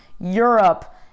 Europe